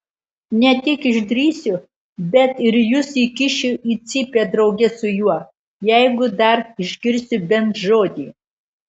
ne tik išdrįsiu bet ir jus įkišiu į cypę drauge su juo jeigu dar išgirsiu bent žodį